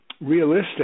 realistic